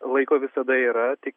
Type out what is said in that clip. laiko visada yra tik